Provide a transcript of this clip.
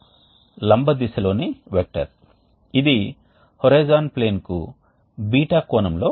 కాబట్టి మేము ఈ స్థిరమైన ట్విన్ బెడ్ రీజెనరేటర్ యొక్క పని సూత్రాన్ని వివరించవలసి వస్తే ఇది స్థిరమైన బెడ్ అని చెప్పండి